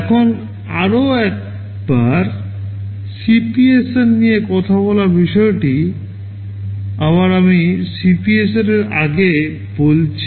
এখন আরও একবার CPSR নিয়ে কথা বলার বিষয়টি আবার আমি CPSRর আগে বলেছি